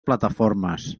plataformes